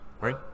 Right